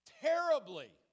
terribly